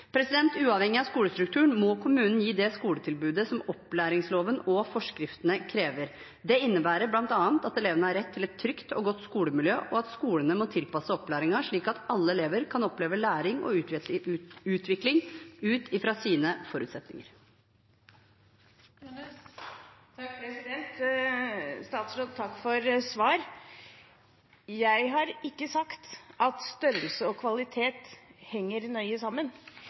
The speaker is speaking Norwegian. Uavhengig av skolestrukturen må kommunene gi det skoletilbudet som opplæringsloven og forskriftene krever. Det innebærer bl.a. at elevene har rett til et trygt og godt skolemiljø, og at skolene må tilpasse opplæringen slik at alle elever kan oppleve læring og utvikling ut fra sine forutsetninger. Takk til statsråden for svaret. Jeg har ikke sagt at størrelse og kvalitet henger nøye sammen,